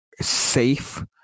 safe